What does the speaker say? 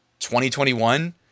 2021